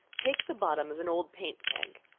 take the bottom of an old paint keg,